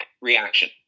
reaction